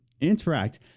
interact